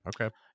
okay